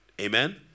Amen